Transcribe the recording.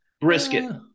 brisket